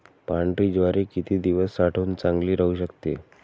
पांढरी ज्वारी किती दिवस साठवून चांगली राहू शकते?